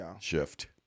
shift